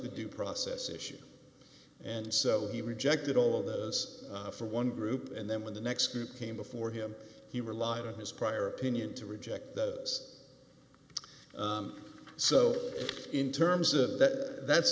the due process issue and so he rejected all of those for one group and then when the next group came before him he relied on his prior opinion to reject those so in terms of that that's